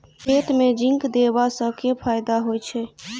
खेत मे जिंक देबा सँ केँ फायदा होइ छैय?